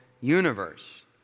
universe